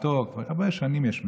כבר הרבה שנים יש מאז,